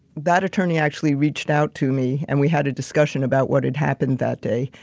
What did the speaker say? that attorney actually reached out to me and we had a discussion about what had happened that day.